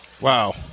Wow